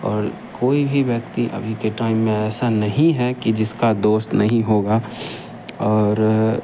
और कोई भी व्यक्ति अभी के टाइम में ऐसा नहीं हैं कि जिसका दोस्त नहीं होगा और